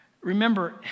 Remember